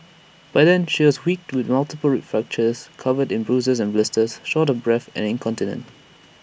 by then she was weak with multiple rib fractures covered in bruises and blisters short of breath and incontinent